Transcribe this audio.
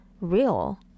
real